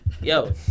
Yo